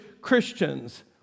Christians